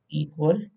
equal